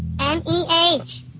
M-E-H